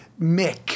Mick